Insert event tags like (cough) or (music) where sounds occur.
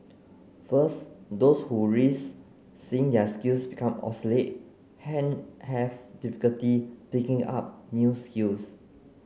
first those who risk seeing their skills become obsolete (unintelligible) have difficulty picking up new skills